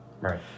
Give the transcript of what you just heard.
Right